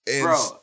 Bro